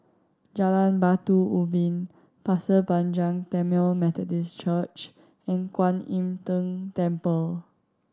Jalan Batu Ubin Pasir Panjang Tamil Methodist Church and Kuan Im Tng Temple